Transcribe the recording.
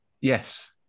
Yes